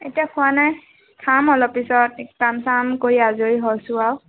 এতিয়া খোৱা নাই খাম অলপ পিছত কাম চাম কৰি আজৰি হৈছোঁ আৰু